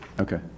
okay